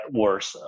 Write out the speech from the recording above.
worse